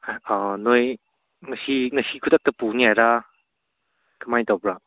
ꯅꯣꯏ ꯉꯁꯤ ꯉꯁꯤ ꯈꯨꯗꯛꯇ ꯄꯨꯅꯤ ꯍꯥꯏꯔꯥ ꯀꯃꯥꯏ ꯇꯧꯕ꯭ꯔꯥ